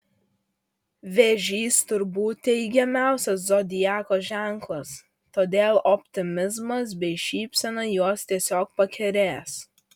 vėžys turbūt teigiamiausias zodiako ženklas todėl optimizmas bei šypsena juos tiesiog pakerės